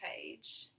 page